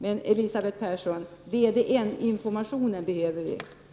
Men VDN-informationen behöver vi, Elisabeth Persson.